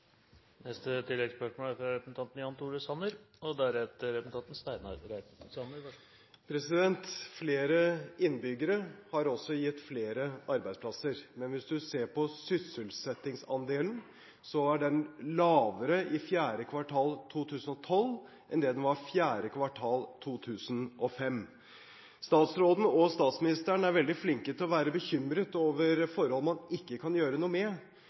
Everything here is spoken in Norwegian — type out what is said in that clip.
Jan Tore Sanner – til oppfølgingsspørsmål. Flere innbyggere har også gitt flere arbeidsplasser, men hvis du ser på sysselsettingsandelen, er den lavere i fjerde kvartal 2012 enn det den var i fjerde kvartal 2005. Statsråden og statsministeren er veldig flinke til å være bekymret over forhold man ikke kan gjøre noe med,